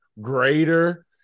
greater